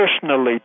personally